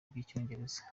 rw’icyongereza